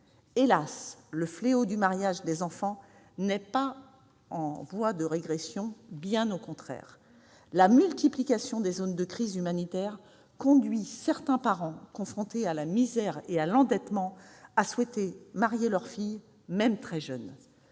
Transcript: Hélas, le fléau du mariage des enfants n'est pas en voie de régression, bien au contraire. La multiplication des zones de crises humanitaires conduit certains parents confrontés à la misère et à l'endettement à souhaiter marier leurs filles, même très jeunes.